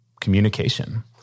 communication